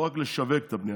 לא רק לשווק את הבנייה.